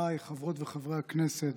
חבריי חברות וחברי הכנסת,